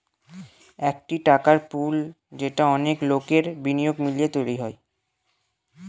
একটি টাকার পুল যেটা অনেক লোকের বিনিয়োগ মিলিয়ে তৈরী হয়